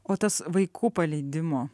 o tas vaikų paleidimo